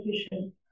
education